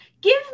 give